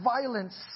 violence